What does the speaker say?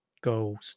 go